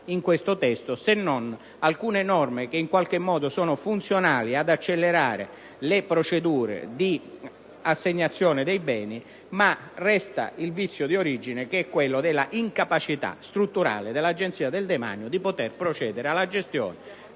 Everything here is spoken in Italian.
in questo testo, se non per alcune norme che in qualche modo sono funzionali ad accelerare le procedure di assegnazione dei beni. Resta pertanto il vizio di origine, quello dell'incapacità strutturale dell'agenzia del Demanio di procedere alla gestione